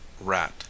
rat